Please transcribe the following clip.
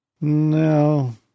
No